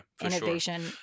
innovation